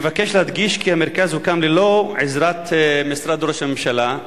אני מבקש להדגיש כי המרכז הוקם ללא עזרת משרד ראש הממשלה,